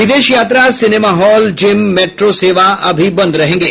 विदेश यात्रा cinema hall gym metro सेवा अभी बंद रहेंगे